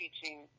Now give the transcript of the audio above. teaching